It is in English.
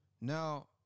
Now